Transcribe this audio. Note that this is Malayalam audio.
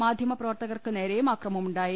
മാധ്യമ പ്രവർത്ത കർക്ക് നേരെയും അക്രമമുണ്ടായി